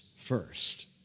first